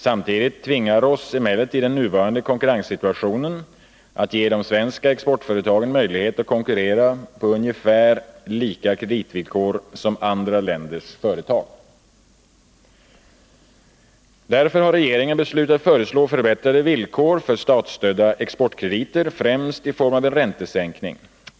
Samtidigt tvingar oss emellertid den nuvarande konkurrenssituationen att ge de svenska exportföretagen möjlighet att konkurrera på ungefär lika kreditvillkor som andra länders företag. Därför har regeringen beslutat föreslå förbättrade villkor för statsstödda exportkrediter, främst i form av en räntesänkning.